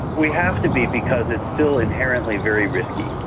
we have to be because it's still inherently very risky.